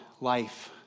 life